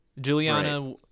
juliana